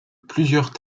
plusieurs